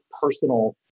personal